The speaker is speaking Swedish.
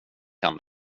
kan